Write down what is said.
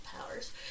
powers